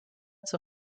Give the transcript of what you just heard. zur